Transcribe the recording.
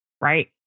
Right